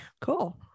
cool